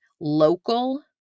local